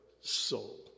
soul